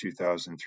2003